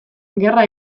gerra